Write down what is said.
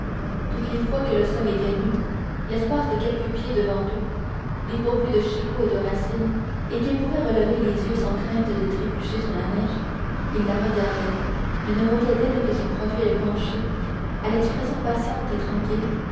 toutes les fois que le sol était nu l'espace de quelques pieds devant eux dépourvu de chicots et de racines et qu'il pouvait relever les yeux sans crainte de trébucher dans la neige il la regardait mais ne voyait d'elle que son profil penché à l'expression patiente et tranquille